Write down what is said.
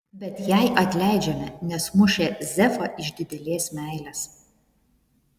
bet jai atleidžiame nes mušė zefą iš didelės meilės